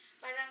parang